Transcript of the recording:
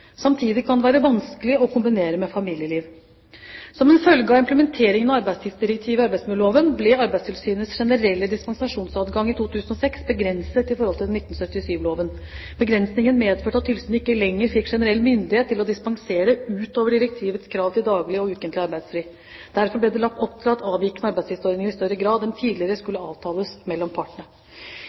Samtidig kan det være vanskelig å kombinere med familieliv. Som en følge av implementeringen av arbeidstidsdirektivet i arbeidsmiljøloven ble Arbeidstilsynets generelle dispensasjonsadgang i 2006 begrenset i forhold til 1977-loven. Begrensningen medførte at tilsynet ikke lenger fikk generell myndighet til å dispensere utover direktivets krav til daglig og ukentlig arbeidsfri. Derfor ble det lagt opp til at avvikende arbeidstidsordninger i større grad enn tidligere skulle avtales mellom partene.